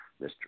Mr